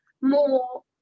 more